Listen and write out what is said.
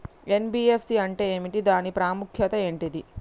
NBFC అంటే ఏమిటి దాని ప్రాముఖ్యత ఏంటిది?